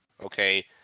okay